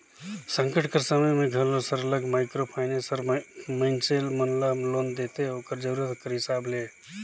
संकट कर समे में घलो सरलग माइक्रो फाइनेंस हर मइनसे मन ल लोन देथे ओकर जरूरत कर हिसाब ले